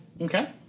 Okay